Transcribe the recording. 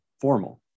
formal